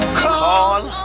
call